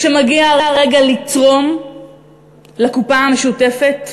כשמגיע הרגע לתרום לקופה המשותפת,